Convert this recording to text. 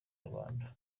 nyarwanda